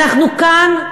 אנחנו כאן,